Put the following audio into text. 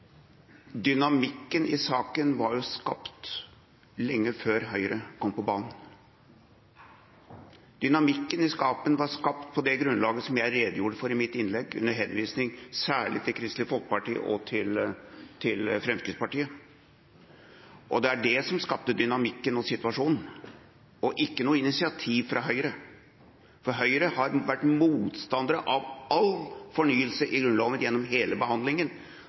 Dynamikken i saken var skapt lenge før Høyre kom på banen. Dynamikken i saken var skapt på det grunnlaget som jeg redegjorde for i mitt innlegg, under henvisning særlig til Kristelig Folkeparti og Fremskrittspartiet. Det var det som skapte dynamikken og situasjonen, ikke noe initiativ fra Høyre, for Høyre har vært motstandere av all fornyelse av Grunnloven gjennom hele behandlingen.